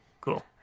Cool